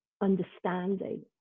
understanding